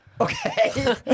Okay